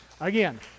again